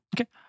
Okay